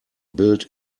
built